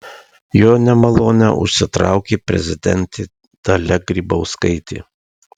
jo nemalonę užsitraukė prezidentė dalia grybauskaitė